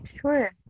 Sure